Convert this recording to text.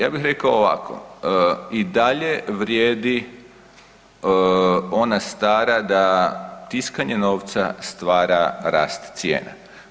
Ja bih rekao ovako i dalje vrijedi ona stara da tiskanje novca stvara rast cijena.